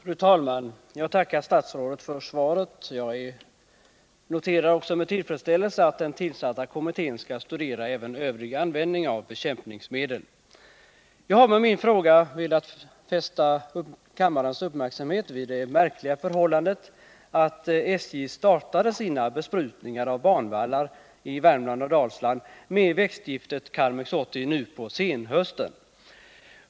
Fru talman! Jag tackar statsrådet för svaret. Jag noterar med tillfredsställelse att den tillsatta kommittén skall studera även övrig användning av bekämpningsmedel. Jag har med min fråga velat fästa kammarens uppmärksamhet på det märkliga förhållandet att SJ startar sina besprutningar av banvallar med växtgiftet Karmex 80 nu på senhösten.